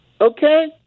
okay